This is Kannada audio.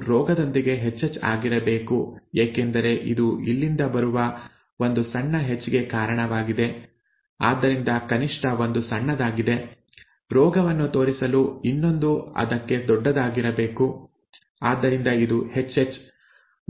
ಇದು ರೋಗದೊಂದಿಗೆ hH ಆಗಿರಬೇಕು ಏಕೆಂದರೆ ಇದು ಇಲ್ಲಿಂದ ಬರುವ ಒಂದು ಸಣ್ಣ hಗೆ ಕಾರಣವಾಗಿದೆ ಆದ್ದರಿಂದ ಕನಿಷ್ಠ ಒಂದು ಸಣ್ಣದಾಗಿದೆ ರೋಗವನ್ನು ತೋರಿಸಲು ಇನ್ನೊಂದು ಅದಕ್ಕೆ ದೊಡ್ಡದಾಗಿರಬೇಕು ಆದ್ದರಿಂದ ಇದು Hh